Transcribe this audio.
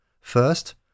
First